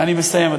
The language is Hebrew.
ואני מסיים,